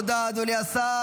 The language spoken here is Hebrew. תודה, אדוני השר.